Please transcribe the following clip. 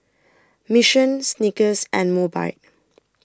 Mission Snickers and Mobike